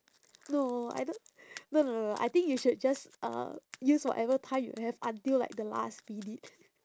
no I don't no no no no I think you should just uh use whatever time you have until like the last minute